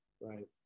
right